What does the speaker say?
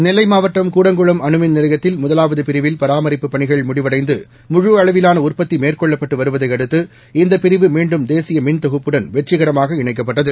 நெல்லை மாவட்டம் கூடங்குளம் அணுமின் நிலையத்தில் முதலாவது பிரிவில் பராமரிப்புப் பணிகள் முடிவடைந்து முழுஅளவிலான உற்பத்தி மேற்கொள்ளப்பட்டு வருவதை அடுத்து இந்தப் பிரிவு மீண்டும் தேசிய மின்தொகுப்புடன் வெற்றிகரமாக இணைக்கப்பட்டது